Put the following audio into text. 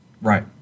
Right